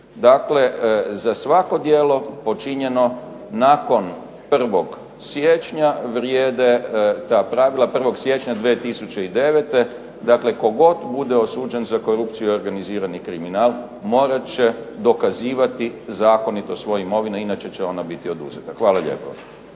Dakle, za svako djelo počinjeno nakon 1. siječna 2009. vrijede ta pravila, dakle tko god bude osuđen za korupciju i organizirani kriminal morat će dokazivati zakonito svoju imovinu inače će ona biti oduzeta. Hvala lijepo.